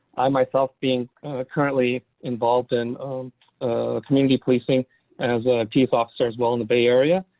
i myself being currently involved in community policing as a police officer as well in the bay area.